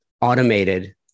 automated